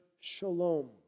shalom